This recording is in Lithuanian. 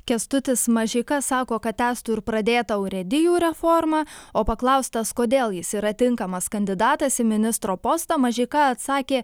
kęstutis mažeika sako kad tęstų ir pradėtą urėdijų reformą o paklaustas kodėl jis yra tinkamas kandidatas į ministro postą mažeika atsakė